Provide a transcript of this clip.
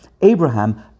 Abraham